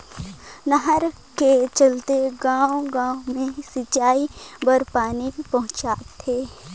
नहर के चलते गाँव गाँव मे सिंचई बर पानी पहुंचथे